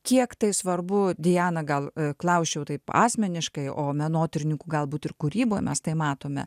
kiek tai svarbu diana gal klausčiau taip asmeniškai o menotyrininkų galbūt ir kūryboj mes tai matome